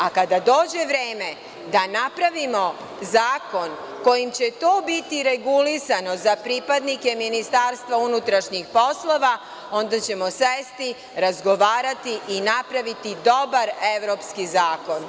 A kada dođe vreme da napravimo zakon kojim će to biti regulisano za pripadnike Ministarstva unutrašnjih poslova, onda ćemo sesti, razgovarati i napraviti dobar evropski zakon.